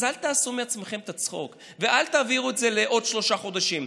אז אל תעשו מעצמכם צחוק ואל תעבירו את זה לעוד שלושה חודשים.